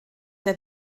der